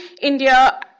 India –